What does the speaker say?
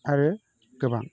आरो गोबां